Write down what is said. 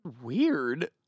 Weird